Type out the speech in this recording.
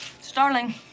Starling